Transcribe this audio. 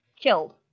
killed